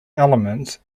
elements